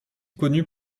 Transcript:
connu